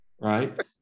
right